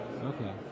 Okay